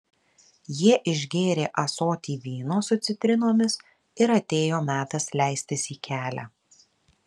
jie išgėrė ąsotį vyno su citrinomis ir atėjo metas leistis į kelią